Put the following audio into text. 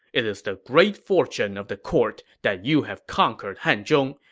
it is the great fortune of the court that you have conquered hanzhong.